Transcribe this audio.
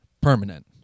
permanent